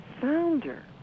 Founder